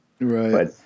Right